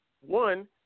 One